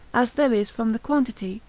as there is from the quantity,